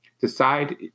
decide